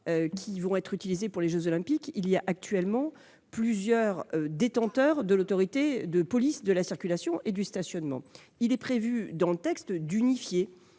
qui seront utilisées pour la tenue des jeux Olympiques, il y a actuellement plusieurs détenteurs de l'autorité de police de la circulation et du stationnement. Il est prévu d'opérer une